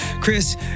Chris